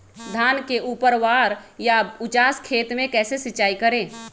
धान के ऊपरवार या उचास खेत मे कैसे सिंचाई करें?